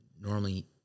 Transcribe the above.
normally